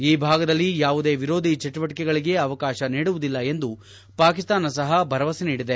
ಈ ಭಾಗದಲ್ಲಿ ಯಾವುದೇ ವಿರೋಧಿ ಚಟುವಟಕೆಗಳಿಗೆ ಅವಕಾಶ ನೀಡುವುದಿಲ್ಲ ಎಂದು ಪಾಕಿಸ್ತಾನ ಸಹ ಭರವಸೆ ನೀಡಿದೆ